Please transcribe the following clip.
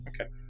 Okay